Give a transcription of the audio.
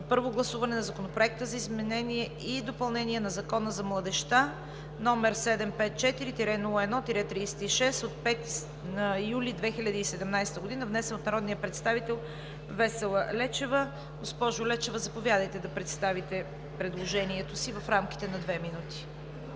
Първо гласуване на Законопроект за изменение и допълнение на Закона за младежта, № 754-01-36, от 5 юли 2017 г., внесен от народния представител Весела Лечева. Госпожо Лечева, заповядайте да представите предложението си в рамките на две минути.